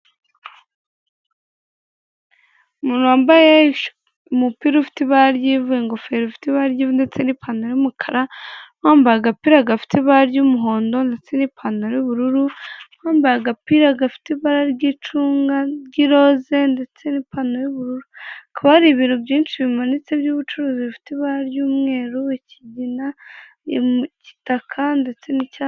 Umuntu wambaye umupira ufite ibara ry'ivu, ingofero ufite ibara ry'ivundetse n'ipantaro y'umukara, bambaye agapira gafite ibara ry'umuhondo ndetse n'ipantaro y'ubururu, bambaye agapira gafite ibara ry'icunga ry'iroze ndetse n'ipantaro y'ubururu. Hakaba hari ibintu byinshi bimanitse by'ubucuruzi, bifite ibara ry'umweru, ikigina, igitaka ndetse n'icyatsi.